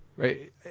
Right